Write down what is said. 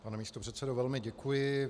Pane místopředsedo, velmi děkuji.